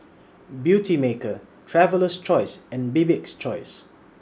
Beautymaker Traveler's Choice and Bibik's Choice